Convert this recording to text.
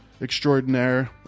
extraordinaire